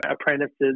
apprentices